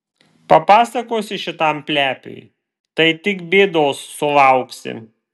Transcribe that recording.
papasakosi šitam plepiui tai tik bėdos sulauksi